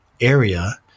area